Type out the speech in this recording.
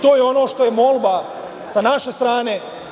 To je ono što je molba sa naše strane.